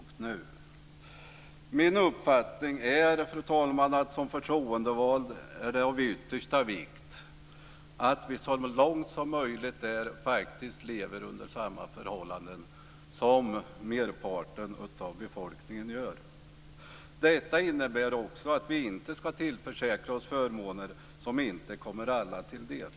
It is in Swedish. Det är min uppfattning som förtroendevald att det är av yttersta vikt att vi här så långt som möjligt ska leva under samma förhållanden som merparten av befolkningen. Detta innebär bl.a. att vi inte ska tillförsäkra oss förmåner som inte kommer alla till del.